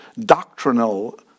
Doctrinal